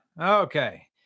Okay